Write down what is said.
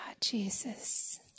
Jesus